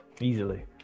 Easily